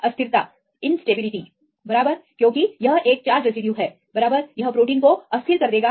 अस्थिरता बराबर क्योंकि यह एक चार्ज रेसिड्यू है बराबर यह प्रोटीन को अस्थिर कर देगा